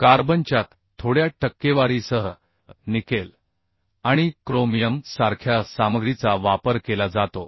कार्बनच्या थोड्या टक्केवारीसह निकेल आणि क्रोमियम सारख्या सामग्रीचा वापर केला जातो